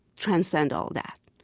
transcend all that.